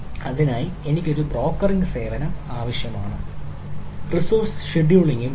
അതിനായി എനിക്ക് ഒരു ബ്രോക്കറിംഗ് സേവനം ആവശ്യമാണ് റിസോഴ്സ് ഷെഡ്യൂളിംഗ് വേണം